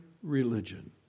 Religion